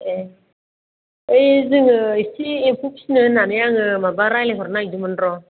ए ओइ जोङो एसे एम्फौ फिनो होन्नानै आङो माबा रायलायहरनो नागिरदोंमोन र'